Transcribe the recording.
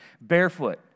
barefoot